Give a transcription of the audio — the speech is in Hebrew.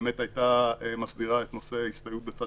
שבאמת הייתה מסדירה את נושא ההסתייעות בצד